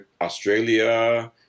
Australia